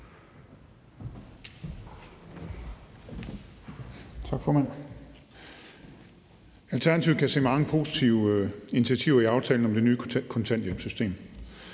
Tak, formand. Alternativet kan se mange positive initiativer i aftalen om det nye kontanthjælpssystem.